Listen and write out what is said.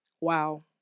Wow